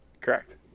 Correct